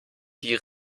die